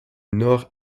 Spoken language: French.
nord